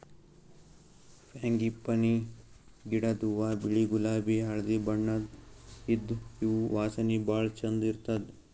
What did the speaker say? frangipani ಗಿಡದ್ ಹೂವಾ ಬಿಳಿ ಗುಲಾಬಿ ಹಳ್ದಿ ಬಣ್ಣದ್ ಇದ್ದ್ ಇವ್ ವಾಸನಿ ಭಾಳ್ ಛಂದ್ ಇರ್ತದ್